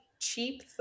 Cheap